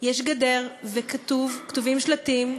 יש גדר וכתובים שלטים: